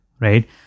right